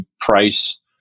price